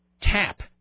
tap